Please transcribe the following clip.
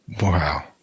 Wow